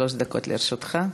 אדוני, שלוש דקות לרשותך.